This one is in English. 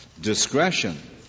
discretion